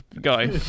guy